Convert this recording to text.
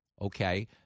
okay